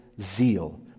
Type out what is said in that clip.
zeal